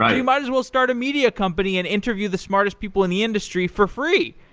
ah you might as well start a media company and interview the smartest people in the industry for free.